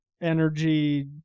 energy